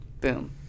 Boom